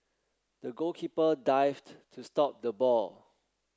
the goalkeeper dived to stop the ball